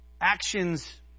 actions